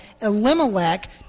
Elimelech